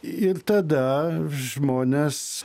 ir tada žmonės